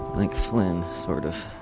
like flynn sort of.